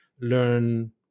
learn